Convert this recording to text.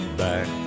back